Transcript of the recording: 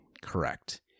correct